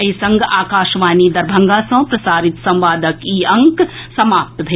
एहि संग आकाशवाणी दरभंगा सँ प्रसारित संवादक ई अंक समाप्त भेल